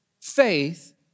faith